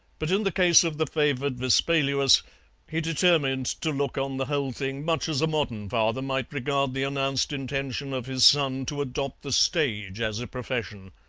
but in the case of the favoured vespaluus he determined to look on the whole thing much as a modern father might regard the announced intention of his son to adopt the stage as a profession.